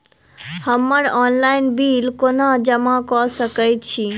हम्मर online bill कोना जमा कऽ सकय छी?